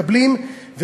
מקבלות,